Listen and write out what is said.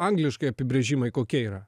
angliškai apibrėžimai kokie yra